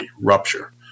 rupture